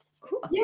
Cool